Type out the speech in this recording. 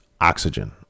oxygen